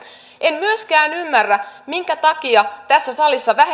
en myöskään ymmärrä minkä takia tässä salissa